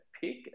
pick